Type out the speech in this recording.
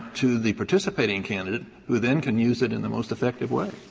to the participating candidate, who then can use it in the most effective way.